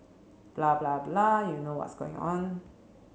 blah blah blah you know what's going on